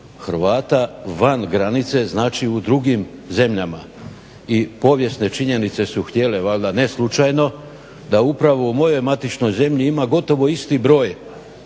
Hrvata van granice, znači u drugim zemljama. I povijesne činjenice su htjele valjda ne slučajno da upravo u mojoj matičnoj zemlji ima gotovo isti broj